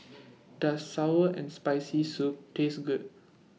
Does Sour and Spicy Soup Taste Good